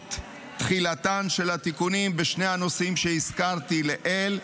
לדחות את תחילתם של התיקונים בשני הנושאים שהזכרתי לעיל.